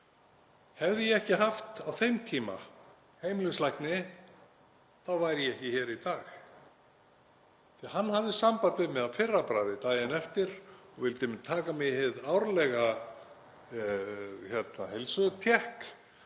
Hefði ég ekki haft á þeim tíma heimilislækni þá væri ég ekki hér í dag. Hann hafði samband við mig að fyrra bragði daginn eftir og vildi taka mig í hið árlega heilsutékk